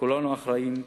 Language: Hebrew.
כולנו אחראים,